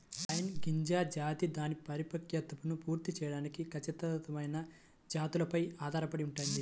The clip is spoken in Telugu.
పైన్ గింజ జాతి దాని పరిపక్వతను పూర్తి చేయడానికి ఖచ్చితమైన జాతులపై ఆధారపడి ఉంటుంది